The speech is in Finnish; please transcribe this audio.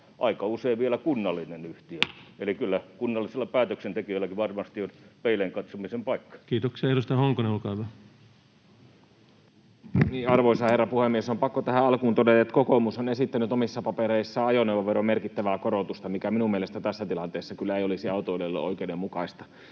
aika usein vielä kunnallinen yhtiö, eli kyllä kunnallisilla päätöksentekijöilläkin varmasti on peiliin katsomisen paikka. Kiitoksia — Edustaja Honkonen, olkaa hyvä. Arvoisa herra puhemies! On pakko tähän alkuun todeta, että kokoomus on esittänyt omissa papereissaan ajoneuvoveron merkittävää korotusta, mikä minun mielestäni tässä tilanteessa ei kyllä olisi autoilijoille oikeudenmukaista,